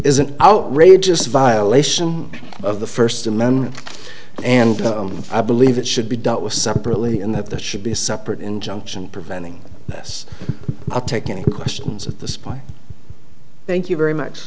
is an outrageous violation of the first amendment and i believe it should be dealt with separately and that there should be a separate injunction preventing this are taking questions at this point thank you very much